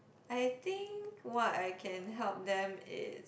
I think what I can help them is